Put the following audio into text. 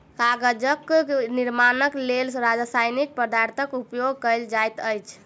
कागजक निर्माणक लेल रासायनिक पदार्थक उपयोग कयल जाइत अछि